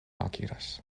akiras